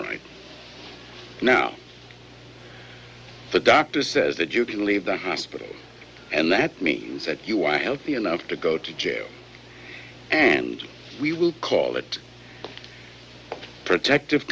right now the doctor says that you can leave the hospital and that means that you are healthy enough to go to jail and we will call it protective